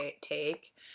take